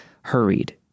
hurried